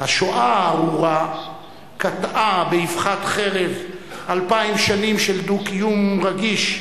השואה הארורה קטעה באבחת חרב אלפיים שנים של דו-קיום רגיש,